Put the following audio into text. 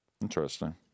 Interesting